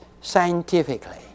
scientifically